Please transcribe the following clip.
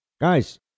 Guys